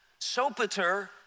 Sopater